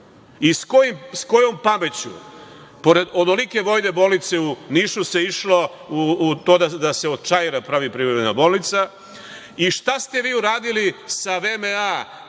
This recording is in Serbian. kojom pameću pored onolike vojne bolnice u Nišu se išlo u to da se od Čaira pravi privremena bolnica? Šta ste vi uradili sa VMA